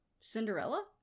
Cinderella